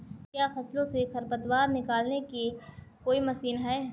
क्या फसलों से खरपतवार निकालने की कोई मशीन है?